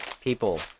people